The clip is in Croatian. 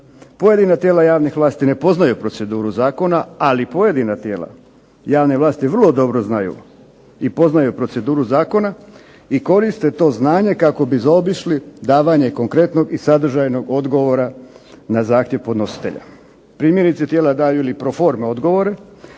Pojedina tijela javnih vlasti ne poznaju proceduru zakona, ali pojedina tijela javne vlasti vrlo dobro znaju i poznaju proceduru zakona i koriste to znanje kako bi zaobišli davanje konkretnog i sadržajnog odgovora na zahtjev podnositelja. Primjerice, daju li tijela proforme odgovore